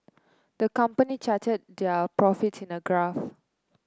the company charted their profits in a graph